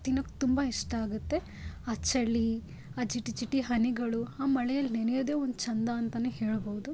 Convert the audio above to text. ತಿನ್ನೋಕ್ಕೆ ತುಂಬ ಇಷ್ಟ ಆಗುತ್ತೆ ಆ ಚಳಿ ಆ ಜಿಟಿ ಜಿಟಿ ಹನಿಗಳು ಆ ಮಳೆಯಲ್ಲಿ ನೆನೆಯೋದೇ ಒಂದು ಚಂದ ಅಂತಾನೆ ಹೇಳ್ಬೋದು